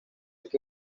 que